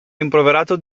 rimproverato